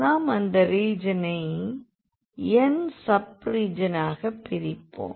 நாம் அந்த ரீஜியனை n சப் ரீஜியனாக பிரிப்போம்